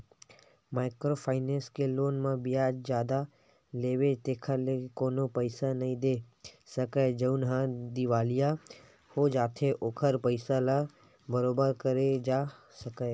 micro finance के loan म बियाज जादा लेथे जेखर ले कोनो पइसा नइ दे सकय जउनहा दिवालिया हो जाथे ओखर पइसा ल बरोबर करे जा सकय